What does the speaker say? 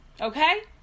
okay